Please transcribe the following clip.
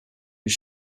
his